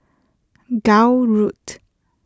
Gul Road